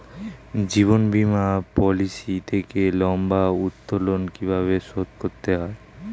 জীবন বীমা পলিসি থেকে লম্বা উত্তোলন কিভাবে শোধ করতে হয়?